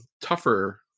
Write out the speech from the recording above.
tougher